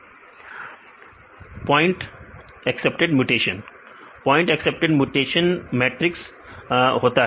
विद्यार्थी point accepted mutation point accepted mutation matrix सही है